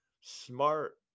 smart